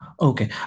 Okay